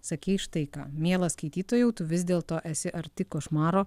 sakys štai ką mielas skaitytojau tu vis dėlto esi arti košmaro